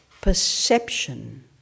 perception